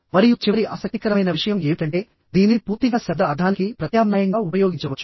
మరియు చివరి ఆసక్తికరమైన విషయం ఏమిటంటే దీనిని పూర్తిగా శబ్ద అర్థానికి ప్రత్యామ్నాయంగా ఉపయోగించవచ్చు